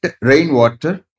rainwater